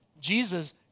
Jesus